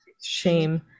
shame